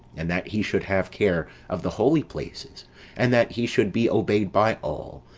and that he should have care of the holy places and that he should be obeyed by all,